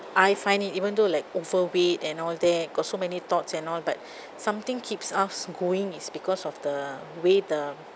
I find it even though like overweight and all that got so many thoughts and all but something keeps us going is because of the way the